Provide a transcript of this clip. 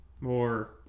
more